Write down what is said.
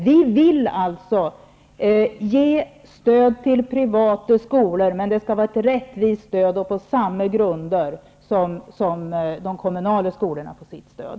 Vi vill ge stöd till privata skolor, men det skall vara ett rättvist stöd och utgå på samma grunder som för de kommunala skolornas stöd.